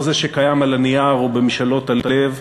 לא זה שקיים על הנייר או במשאלות הלב,